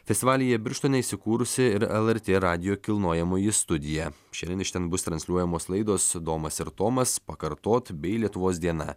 festivalyje birštone įsikūrusi ir lrt radijo kilnojamoji studija šiandien iš ten bus transliuojamos laidos domas ir tomas pakartot bei lietuvos diena